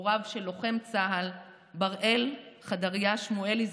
הוריו של לוחם צה"ל בראל חדריה שמואלי,